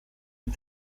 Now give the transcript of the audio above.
and